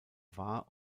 war